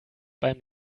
beim